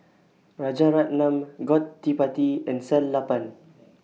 Rajaratnam Gottipati and Sellapan